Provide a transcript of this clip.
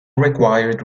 required